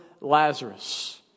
Lazarus